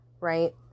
right